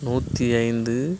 நூற்றி ஐந்து